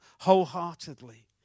wholeheartedly